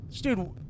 Dude